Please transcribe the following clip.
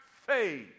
faith